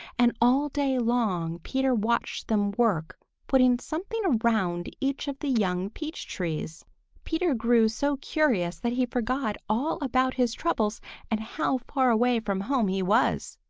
and all day long peter watched them work putting something around each of the young peach-trees. peter grew so curious that he forgot all about his troubles and how far away from home he was.